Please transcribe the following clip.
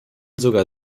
sogar